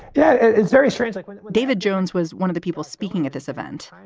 yeah, it's very strange. like when david jones was one of the people speaking at this event,